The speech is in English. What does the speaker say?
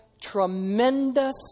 tremendous